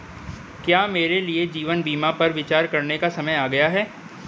क्या मेरे लिए जीवन बीमा पर विचार करने का समय आ गया है?